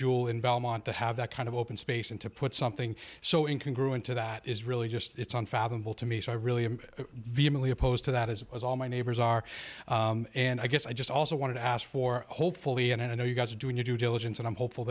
jewel in belmont to have that kind of open space and to put something so in can grow into that is really just it's unfathomable to me so i really i'm vehemently opposed to that as it was all my neighbors are and i guess i just also want to ask for hopefully and i know you've got to do new diligence and i'm hopeful